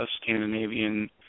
Scandinavian